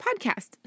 podcast